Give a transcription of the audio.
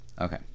okay